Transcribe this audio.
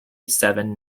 seven